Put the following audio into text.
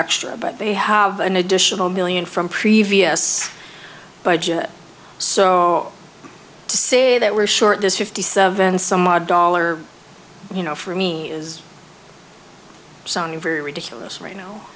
but they have an additional million from previous budget so to say that we're short this fifty seven some odd dollar you know for me is sounding very ridiculous right now